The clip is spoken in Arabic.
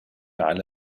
على